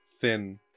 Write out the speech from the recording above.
thin